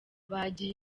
bagiye